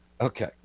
Okay